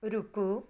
रुकू